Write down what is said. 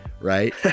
right